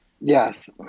Yes